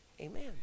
amen